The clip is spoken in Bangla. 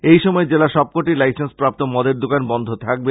এই সময় জেলার সবকটি লাইসেন্স প্রাপ্ত মদের দোকান বন্ধ থাকবে